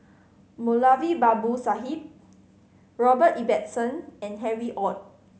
Moulavi Babu Sahib Robert Ibbetson and Harry Ord